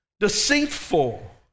deceitful